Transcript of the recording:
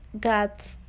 got